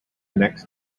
next